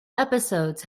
episodes